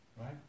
Right